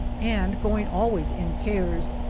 and going always in pairs,